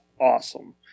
awesome